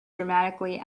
dramatically